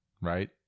right